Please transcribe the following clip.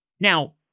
Now